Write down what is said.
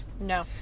No